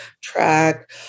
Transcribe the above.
track